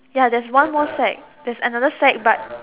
ya one more sack there's another sack but